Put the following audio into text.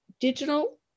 digital